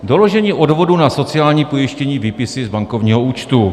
Doložení odvodu na sociální pojištění, výpisy z bankovního účtu.